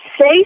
say